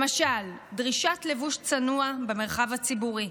למשל, דרישת לבוש צנוע במרחב הציבורי,